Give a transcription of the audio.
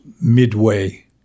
midway